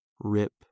rip